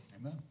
Amen